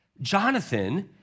Jonathan